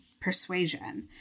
Persuasion